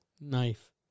knife